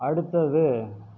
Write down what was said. அடுத்தது